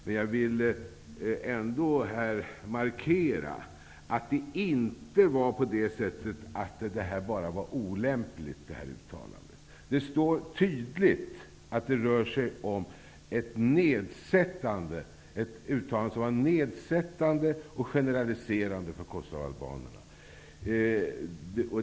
Men jag vill ändå här markera att Birgit Friggebos uttalande inte bara var olämpligt. Utskottet skriver att uttalandet var generaliserande och nedsättande för de berörda kosovoalbanerna.